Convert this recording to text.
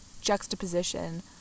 juxtaposition